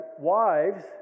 Wives